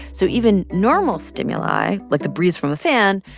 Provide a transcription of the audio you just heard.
so even normal stimuli like the breeze from a fan,